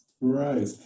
Right